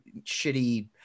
shitty